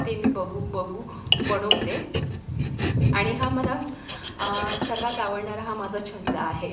ते मी बघून बघून बनवते आणि हा मला सर्वात आवडणारा हा माझा छंद आहे